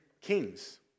kings